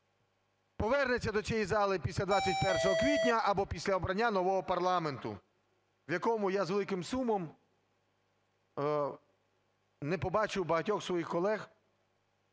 повернеться до цієї зали після 21 квітня або після обрання нового парламенту, в якому я з великим сумом не побачу багатьох своїх колег.